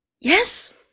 Yes